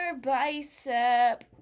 bicep